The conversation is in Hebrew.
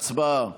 הצבעה.